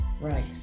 right